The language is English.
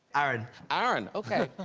aaron aaron? okay,